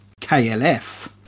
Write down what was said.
KLF